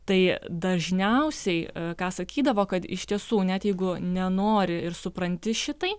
tai dažniausiai ką sakydavo kad iš tiesų net jeigu nenori ir supranti šitai